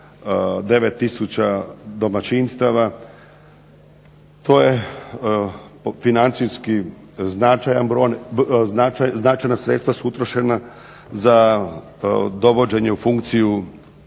tisuća domaćinstava. To je financijski značajan broj, značajna sredstva su utrošena za dovođenje u funkciju